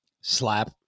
Slap